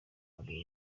hari